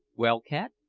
well, cat,